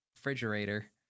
refrigerator